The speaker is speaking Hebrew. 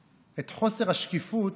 את חוסר השקיפות,